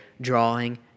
drawing